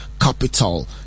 Capital